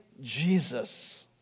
Jesus